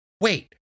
Wait